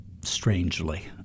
strangely